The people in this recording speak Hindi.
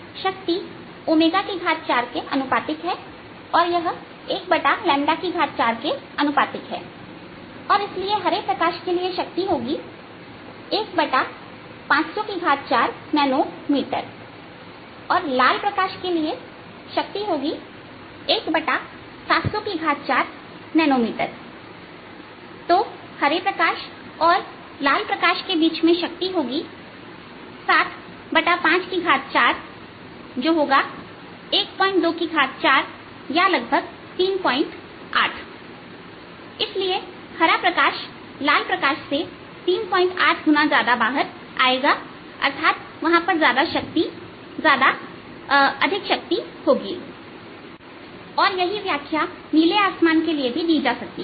शक्ति 4अनुपातिक है और यह 14के अनुपातिक है और इसलिए हरे प्रकाश के लिए शक्ति होगी Power 15004nm लाल प्रकाश के लिए शक्ति होगी Power 17004nm इसलिए हरे प्रकाश और लाल प्रकाश के बीच शक्ति होगी PowerPower 754 12438 इसलिए हरा प्रकाश लाल प्रकाश से 38 गुना ज्यादा बाहर आएगा अर्थात वहां पर अधिक शक्ति ज्यादा शक्ति होगी और यह व्याख्या नीले आसमान के लिए भी दी जा सकती है